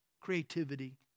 creativity